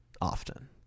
often